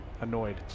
annoyed